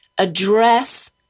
address